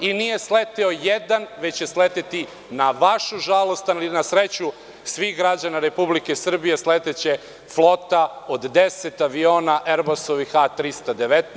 Nije sleteo jedan već će sleteti na vašu žalost, ali na sreću svih građana Republike Srbije sleteće flota od 10 aviona „Erbasovih“ A 319.